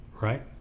right